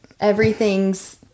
Everything's